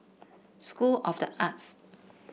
School of the Arts